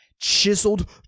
chiseled